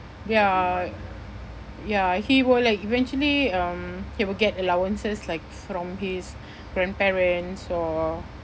ya ya he will like eventually um he will get allowances like from his grandparents or